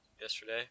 yesterday